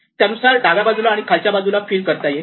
त्यानुसार डाव्या बाजूला आणि खालच्या बाजूला फिल करता येईल